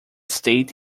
state